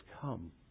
come